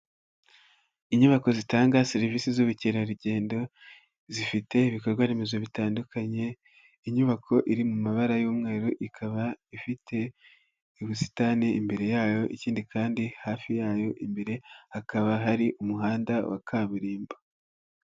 Inyubako zitanga serivisi z'ubukerarugendo, zifite ibikorwaremezo bitandukanye, inyubako iri mu mabara y'umweru, ikaba ifite ubusitani imbere yayo, ikindi kandi hafi yayo imbere, hakaba hari umuhanda wa kaburimbo.